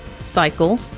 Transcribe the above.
cycle